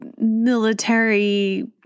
military